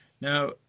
Now